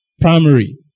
primary